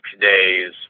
days